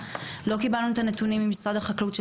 לא קיבלנו את הנתונים ממשרד החקלאות של